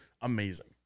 amazing